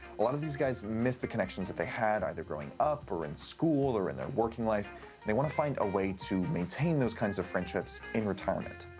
a lot of these guys miss the connections that they had either growing up or in school or in their working life. and they want to find a way to maintain those kinds of friendships in retirement.